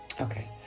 Okay